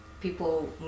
people